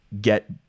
get